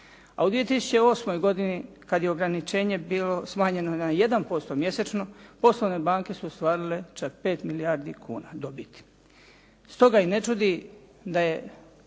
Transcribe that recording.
A u 2008. godini kad je ograničenje bilo smanjeno na 1% mjesečno, poslovne banke su ostvarile čak 5 milijardi kuna dobiti. Stoga i ne čudi da je